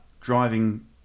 driving